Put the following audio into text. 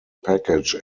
package